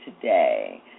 today